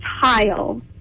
tile